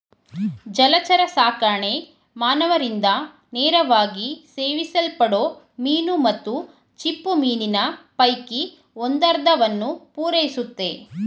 ಜಲಚರಸಾಕಣೆ ಮಾನವರಿಂದ ನೇರವಾಗಿ ಸೇವಿಸಲ್ಪಡೋ ಮೀನು ಮತ್ತು ಚಿಪ್ಪುಮೀನಿನ ಪೈಕಿ ಒಂದರ್ಧವನ್ನು ಪೂರೈಸುತ್ತೆ